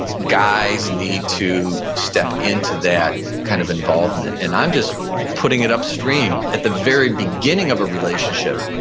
guys need to step into that kind of involvement. and i'm just putting it upstream at the very beginning of a relationship.